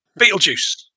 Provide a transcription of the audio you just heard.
Beetlejuice